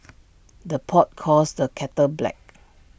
the pot calls the kettle black